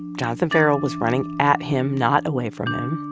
jonathan ferrell was running at him, not away from him,